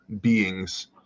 beings